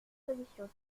solution